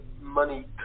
money